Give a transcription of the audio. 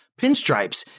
pinstripes